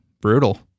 Brutal